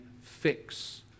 fix